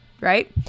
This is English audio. right